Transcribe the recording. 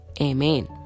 Amen